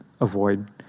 avoid